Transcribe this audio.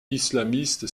islamiste